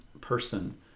person